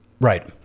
Right